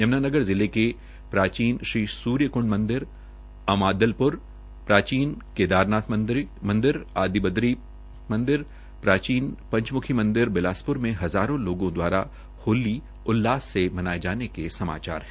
यमुनानगर जिले के प्राचीन श्रीसूर्यक्ंड मंदिर अमादलप्र प्राचीन केदारनाथ मंदिर आदि बद्री नाथ प्राचीन पंचम्खी मंदिर बिलासप्र में हजारों लोगों द्वारा होली उल्लास से मनाये जाने के समाचार है